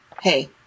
Hey